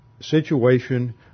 situation